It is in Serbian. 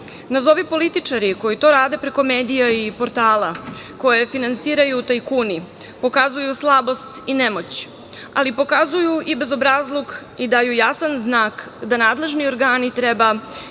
države. Nazovi političari, koji to rade preko medija i portala koje finansiraju tajkuni, pokazuju slabost i nemoć, ali pokazuju i bezobrazluk i daju jasan znak da nadležni organi treba intenzivnije